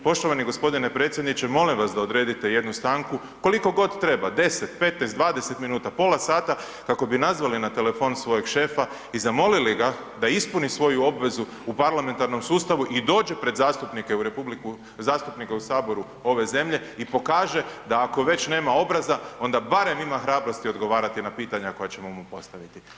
Poštovani gospodine predsjedniče, molim vas da odredite jednu stanku, koliko god treba, 10, 15, 20 minuta, pola sata, kako bi nazvali na telefon svojeg šefa i zamolili ga da ispuni svoju obvezu u parlamentarnom sustavu i dođe pred zastupnike u Saboru ove zemlje i pokaže, da ako već nema obraza, onda barem ima hrabrosti odgovarati na pitanja, koja ćemo mu postaviti.